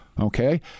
Okay